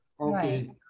Okay